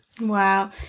Wow